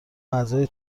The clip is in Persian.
اعضای